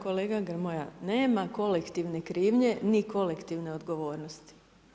Kolega Grmoja, nema kolektivne krivnje, ni kolektivne odgovornosti.